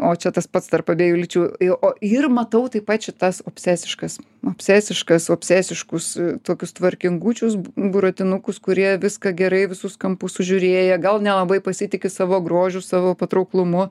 o čia tas pats tarp abiejų lyčių i o ir matau taip pat šitas obsesiškas obsesiškas obsesiškus tokius tvarkingučius b buratinukus kurie viską gerai visus kampus sužiūrėję gal nelabai pasitiki savo grožiu savo patrauklumu